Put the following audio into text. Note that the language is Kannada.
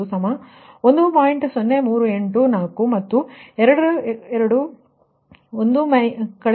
0384 ಮತ್ತು 2 0